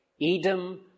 Edom